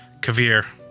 Kavir